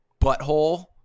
butthole